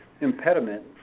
impediment